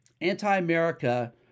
anti-America